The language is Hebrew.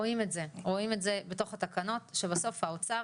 רואים את זה בתוך התקנות, שבסוף האוצר